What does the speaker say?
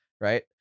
right